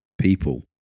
people